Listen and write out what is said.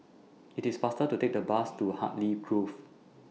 IT IS faster to Take The Bus to Hartley Grove